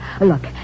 look